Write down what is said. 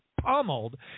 pummeled